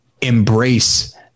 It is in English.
embrace